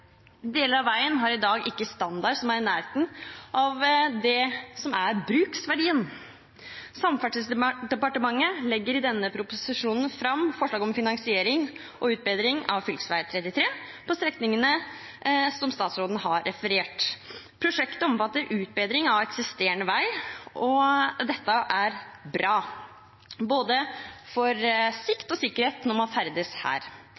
Deler av veien har i dag ikke en standard som er i nærheten av bruksverdien. Samferdselsdepartementet legger i denne proposisjonen fram forslag til finansiering av utbedringer av fv. 33 på strekningene som statsråden har referert til. Prosjektet omfatter utbedring av eksisterende vei, og det er bra for både sikt og sikkerhet når man ferdes her.